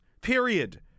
period